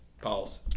Pause